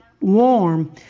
warm